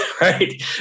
right